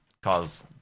cause